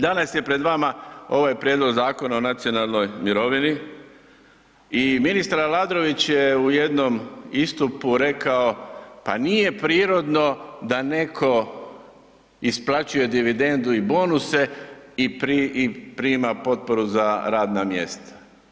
Danas je pred vama ovaj Prijedlog zakona o nacionalnoj mirovini i ministar Aladrović je u jednom istupu rekao, pa nije prirodno da neko isplaćuje dividendu i bonuse i prima potporu za radna mjesta.